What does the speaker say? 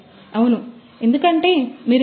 అవును ఎందుకంటే మీరు ఇండస్ట్రీ 4